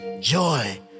joy